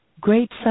Great